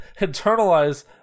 internalize